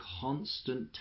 constant